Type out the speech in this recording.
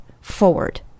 forward